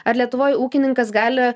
ar lietuvoj ūkininkas gali